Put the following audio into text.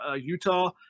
Utah